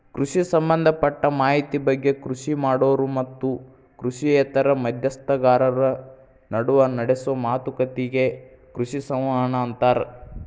ಕೃಷಿ ಸಂಭದಪಟ್ಟ ಮಾಹಿತಿ ಬಗ್ಗೆ ಕೃಷಿ ಮಾಡೋರು ಮತ್ತು ಕೃಷಿಯೇತರ ಮಧ್ಯಸ್ಥಗಾರರ ನಡುವ ನಡೆಸೋ ಮಾತುಕತಿಗೆ ಕೃಷಿ ಸಂವಹನ ಅಂತಾರ